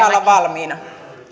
olla valmiina